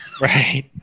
Right